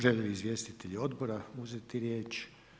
Žele li izvjestitelji odbora uzeti riječ?